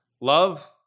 Love